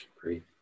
Great